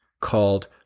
called